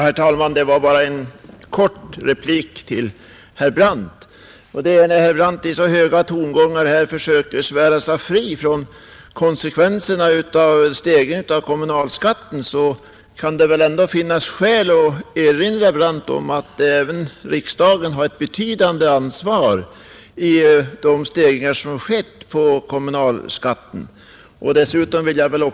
Herr talman! Bara en kort replik till herr Brandt, som i så höga tongångar försökte svära sig fri från ansvaret och konsekvenserna av kommunalskattestegringen. Det kan då finnas skäl att påminna herr Brandt om att riksdagen har ett betydande ansvar för de stegringar som skett av kommunalskatten genom övervältringen på landsting och kommun.